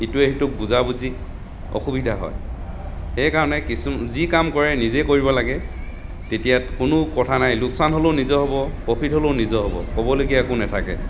ইটোৱে সিটোক বুজা বুজি অসুবিধা হয় সেইকাৰণে কিছু যি কাম কৰে নিজে কৰিব লাগে তেতিয়া কোনো কথা নাই লোকচান হলেও নিজৰ হ'ব প্ৰফিট হ'লেও নিজৰ হব ক'বলগীয়া একো নাথাকে